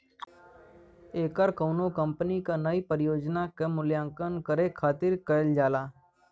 ऐकर कउनो कंपनी क नई परियोजना क मूल्यांकन करे खातिर करल जाला